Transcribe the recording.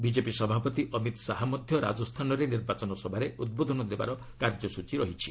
BJP ସଭାପତି ଅମିତ୍ ଶାହା ମଧ୍ୟ ରାଜସ୍ଥାନରେ ନିର୍ବାଚନ ସଭାରେ ଉଦ୍ବୋଧନ ଦେବାର କାର୍ଯ୍ୟସ୍ଚୀ ରହିଛି